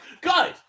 Guys